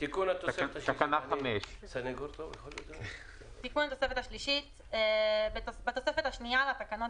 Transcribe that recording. תקנה 5. תיקון התוספת השלישית בתוספת השנייה לתקנות